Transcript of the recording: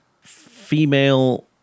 female